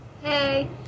Hey